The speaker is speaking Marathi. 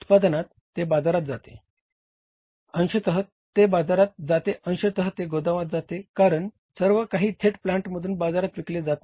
उत्पादनातून ते बाजारात जाते अंशतः ते बाजारात जाते अंशतः ते गोदामात जाते कारण सर्व काही थेट प्लांटमधून बाजारात विकले जात नाही